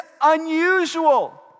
unusual